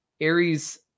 Aries